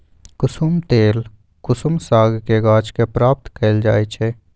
कुशुम तेल कुसुम सागके गाछ के प्राप्त कएल जाइ छइ